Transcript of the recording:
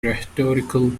rhetorical